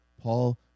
Paul